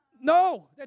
No